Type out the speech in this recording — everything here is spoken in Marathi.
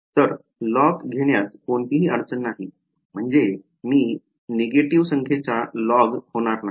तर लॉग घेण्यात कोणतीही अडचण नाही म्हणजे मी नकारात्मक संख्येचा लॉग होणार नाही